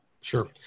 Sure